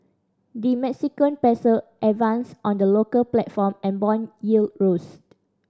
the Mexican Peso advanced on the local platform and bond yield rose